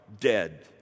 dead